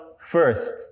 first